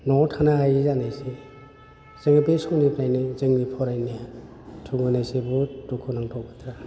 न'वाव थानो हायै जानायसै जोङो बे समनिफ्रायनो जोंनि फरायनाया थुंगेनायसै बुहुत दुखुनांथाव खोथा